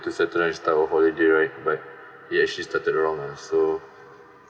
to settle down and start our holiday right but it actually started wrong uh so